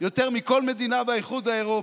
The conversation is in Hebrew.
יותר מכל מדינה באיחוד האירופי,